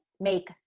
make